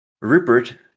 Rupert